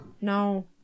No